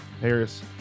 Harris